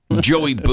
Joey